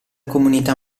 comunità